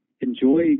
enjoy